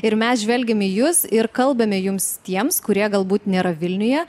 ir mes žvelgiam į jus ir kalbame jums tiems kurie galbūt nėra vilniuje